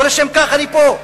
לא לשם כך אני פה.